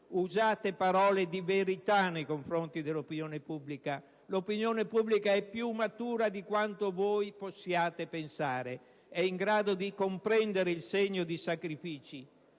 Usate parole di verità nei confronti dell'opinione pubblica. L'opinione pubblica è più matura di quanto voi possiate pensare. È in grado di comprendere il segno di sacrifici,